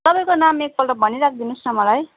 तपाईँको नाम एकपल्ट भनिराखी दिनुहोस् न मलाई